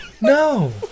No